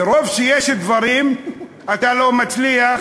מרוב שיש דברים אתה לא מצליח